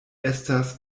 estas